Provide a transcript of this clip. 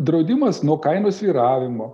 draudimas nuo kainų svyravimo